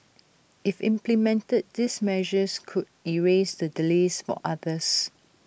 if implemented these measures could ease the delays for others